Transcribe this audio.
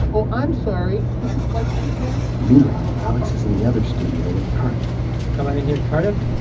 oh, i'm sorry. is this light too bright? meanwhile, alex is in the other studio with cardiff come on in here, cardiff.